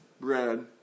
bread